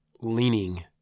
leaning